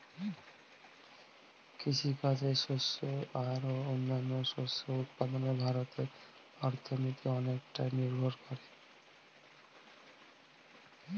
কৃষিকাজে শস্য আর ও অন্যান্য শস্য উৎপাদনে ভারতের অর্থনীতি অনেকটাই নির্ভর করে